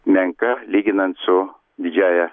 menka lyginant su didžiąja